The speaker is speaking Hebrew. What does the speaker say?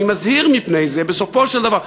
אני מזהיר מפני זה בסופו של דבר.